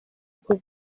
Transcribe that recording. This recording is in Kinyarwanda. bwo